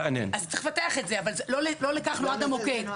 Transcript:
אז צריך לפתח את זה, אבל לא לכך נועד המוקד.